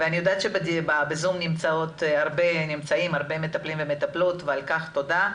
אני יודעת שבזום נמצאים הרבה מטפלים ומטפלות ועל כך תודה.